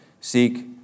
seek